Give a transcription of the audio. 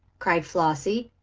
cried flossie,